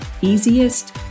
easiest